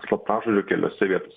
slaptažodžio keliose vietos